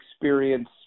experience